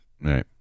Right